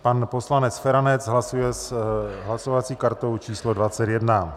Pan poslanec Feranec hlasuje s hlasovací kartou číslo 21.